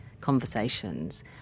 conversations